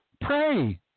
Pray